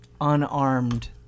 unarmed